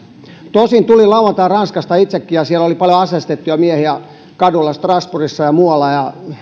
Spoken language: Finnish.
tosin tulin lauantaina ranskasta itsekin ja siellä oli paljon aseistettuja miehiä kaduilla strasbourgissa ja muualla ja